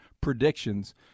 predictions